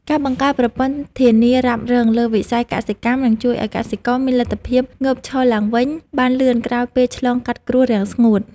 ការបង្កើតប្រព័ន្ធធានារ៉ាប់រងលើវិស័យកសិកម្មនឹងជួយឱ្យកសិករមានលទ្ធភាពងើបឈរឡើងវិញបានលឿនក្រោយពេលឆ្លងកាត់គ្រោះរាំងស្ងួត។